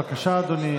בבקשה, אדוני.